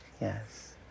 Yes